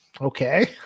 okay